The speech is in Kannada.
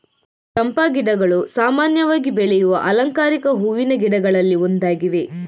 ಚಂಪಾ ಗಿಡಗಳು ಸಾಮಾನ್ಯವಾಗಿ ಬೆಳೆಯುವ ಅಲಂಕಾರಿಕ ಹೂವಿನ ಗಿಡಗಳಲ್ಲಿ ಒಂದಾಗಿವೆ